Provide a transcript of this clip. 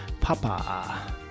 Papa